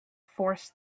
forced